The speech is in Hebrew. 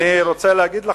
אני רוצה להגיד לך,